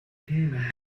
гэнэ